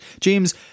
james